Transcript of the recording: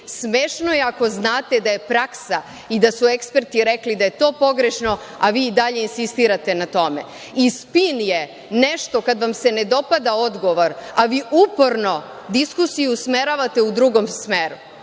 Smešno je ako znate da je praksa i da su eksperti rekli da je to pogrešno, a vi i dalje insistirate na tome. I, spin je nešto, kada vam se ne dopada odgovor, a vi uporno diskusiju umeravate u drugom smeru,